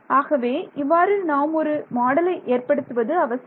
ஆகவே இவ்வாறு நாம் ஒரு மாடலை ஏற்படுத்துவது அவசியம்